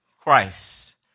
Christ